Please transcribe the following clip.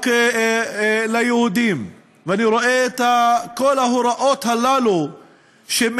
רק ליהודים, ואני רואה את כל ההוראות האלה שמעגנות